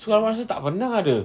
sekolah madrasah tak pernah ada